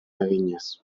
eginez